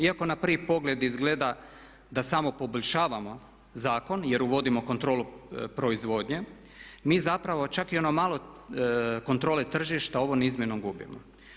Iako na prvi pogled izgleda da smo poboljšavamo zakon jer uvodimo kontrolu proizvodnje, mi zapravo čak i ono malo kontrole tržišta ovom izmjenom gubimo.